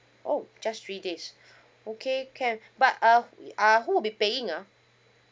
oh just three days okay can but uh uh who will be paying ah